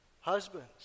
Husbands